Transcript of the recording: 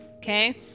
Okay